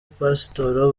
pasitoro